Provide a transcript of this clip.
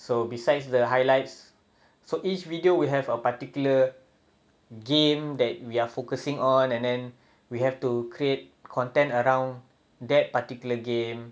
so besides the highlights so each video will have a particular game that we are focusing on and then we have to create content around that particular game